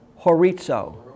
Horizo